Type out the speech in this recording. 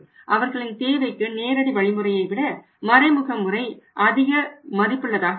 அவர்களின் தேவைக்கு நேரடி வழிமுறையை விட மறைமுக முறை அதிக மதிப்புள்ளதாக இருக்கும்